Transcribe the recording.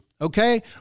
okay